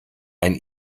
ein